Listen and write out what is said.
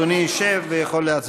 אדוני ישב ויוכל להצביע.